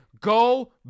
go